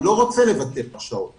אני לא רוצה לבטל הרשאות,